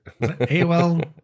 AOL